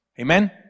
Amen